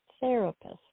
therapist